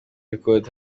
record